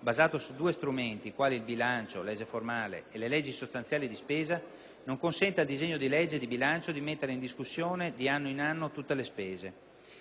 basato su due strumenti quali il bilancio - legge formale - e le leggi sostanziali di spesa, non consente al disegno di legge di bilancio di mettere in discussione di anno in anno tutte le spese.